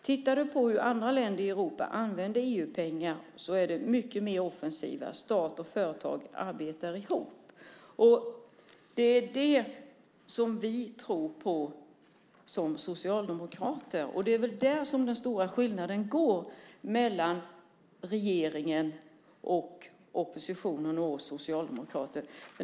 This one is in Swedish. Tittar du på hur andra länder i Europa använder EU-pengar så är de mycket mer offensiva - stat och företag arbetar ihop." Det är det som vi tror på som socialdemokrater. Det är där den stora skillnaden går mellan regeringen och oppositionen, det vill säga oss socialdemokrater.